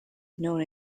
known